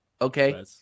Okay